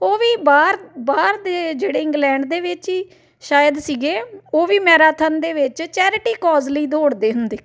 ਉਹ ਵੀ ਬਾਹਰ ਬਾਹਰ ਦੇ ਜਿਹੜੇ ਇੰਗਲੈਂਡ ਦੇ ਵਿੱਚ ਹੀ ਸ਼ਾਇਦ ਸੀਗੇ ਉਹ ਵੀ ਮੈਰਾਥਨ ਦੇ ਵਿੱਚ ਚੈਰਿਟੀ ਕੌਜ਼ ਲਈ ਦੌੜਦੇ ਹੁੰਦੇ